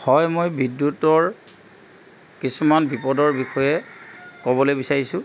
হয় মই বিদ্যুতৰ কিছুমান বিপদৰ বিষয়ে ক'বলৈ বিচাৰিছোঁ